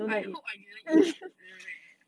I hope I didn't eat lah